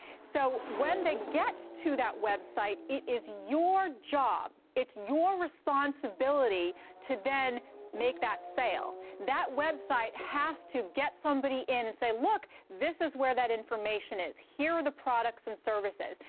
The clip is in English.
so when they get to that website, it is your job, it's your responsibility to then make that sale. that website has to get somebody in and say, look. this is where that information is. here are the products and services.